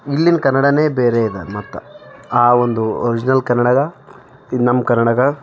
ಇಲ್ಲಿನ ಕನ್ನಡವೇ ಬೇರೆ ಇದೆ ಮತ್ತು ಆ ಒಂದು ಒರಿಜಿನಲ್ ಕನ್ನಡಕ್ಕ ಇದು ನಮ್ಮ ಕನ್ನಡಕ್ಕ